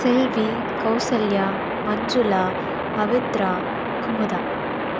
Selvi Kousalya Manjula Pavithra Kumudha